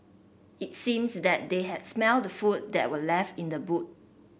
it seems that they had smelt the food that were left in the boot